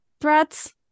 Threats